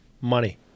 money